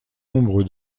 nombre